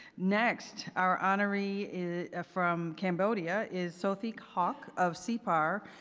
next, our honoree ah from cambodia is sothik hok of sipar.